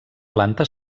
planta